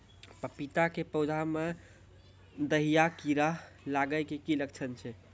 पपीता के पौधा मे दहिया कीड़ा लागे के की लक्छण छै?